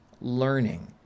learning